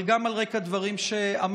אבל גם על רקע דברים שאמרת,